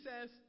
says